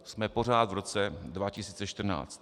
Jsme pořád v roce 2014.